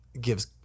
gives